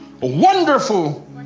wonderful